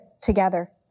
together